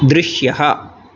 दृश्यः